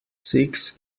six